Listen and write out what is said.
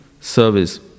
service